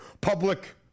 public